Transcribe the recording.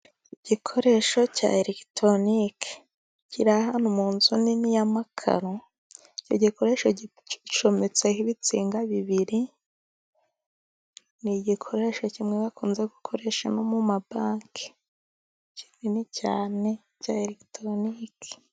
Igikoresho cya elegitoronike kiri ahantu mu nzu nini y'amakaro, icyo gikoresho gicometseho ibitsinga bibiri, ni igikoresho kimwe bakunze gukoresha nko mu mabanki, kinini cyane cya elegitoronike.